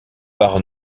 par